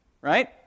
right